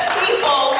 people